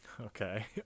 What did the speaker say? Okay